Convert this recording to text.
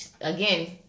again